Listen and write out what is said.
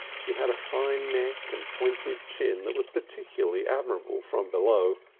she had a fine neck and pointed chin that was particularly admirable from below,